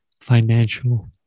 financial